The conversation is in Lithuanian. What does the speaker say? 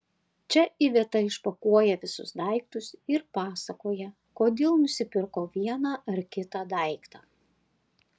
čia iveta išpakuoja visus daiktus ir pasakoja kodėl nusipirko vieną ar kitą daiktą